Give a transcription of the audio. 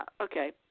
okay